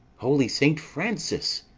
holy saint francis!